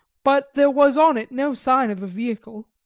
but there was on it no sign of a vehicle.